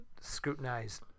scrutinized